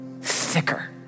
Thicker